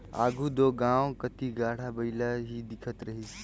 आघु दो गाँव कती गाड़ा बइला ही दिखत रहिस